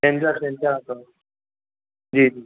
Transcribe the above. छंछरु छंछरु आर्तवार जी